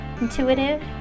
intuitive